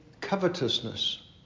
covetousness